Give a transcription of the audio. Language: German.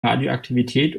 radioaktivität